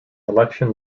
election